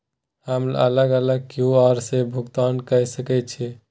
हम अलग अलग क्यू.आर से भुगतान कय सके छि?